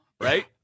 right